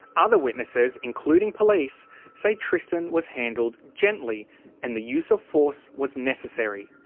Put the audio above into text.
other witnesses including police say tristan was handled gently and the use of force was necessary.